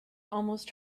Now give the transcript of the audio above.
almost